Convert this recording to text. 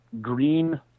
green